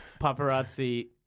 paparazzi